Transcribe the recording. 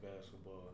basketball